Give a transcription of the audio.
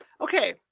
Okay